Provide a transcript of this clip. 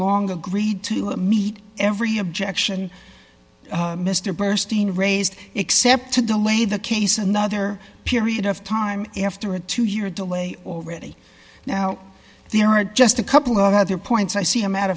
long agreed to meet every objection mr burstein raised except to delay the case another period of time after a two year delay already now there are just a couple of other points i see a matter